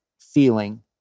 feeling